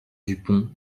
dupont